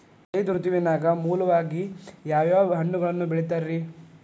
ಝೈದ್ ಋತುವಿನಾಗ ಮಾಮೂಲಾಗಿ ಯಾವ್ಯಾವ ಹಣ್ಣುಗಳನ್ನ ಬೆಳಿತಾರ ರೇ?